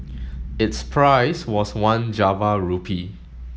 its price was one Java rupee